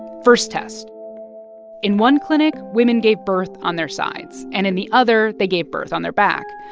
first test in one clinic, women gave birth on their sides, and in the other, they gave birth on their back.